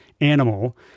animal